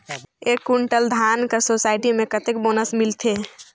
एक कुंटल धान कर सोसायटी मे कतेक बोनस मिलथे?